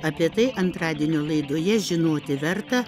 apie tai antradienio laidoje žinoti verta